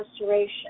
restoration